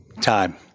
time